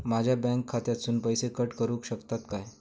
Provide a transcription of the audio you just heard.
माझ्या बँक खात्यासून पैसे कट करुक शकतात काय?